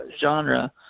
genre